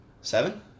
Seven